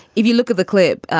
if you look at the clip,